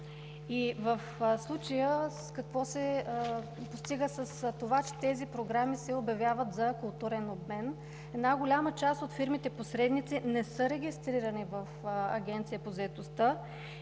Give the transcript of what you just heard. В случая какво се постига с това, че тези програми се обявяват за културен обмен? Една голяма част от фирмите – посредници, не са регистрирани в Агенцията по заетостта.